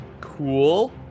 Cool